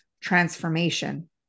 transformation